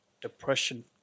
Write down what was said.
depression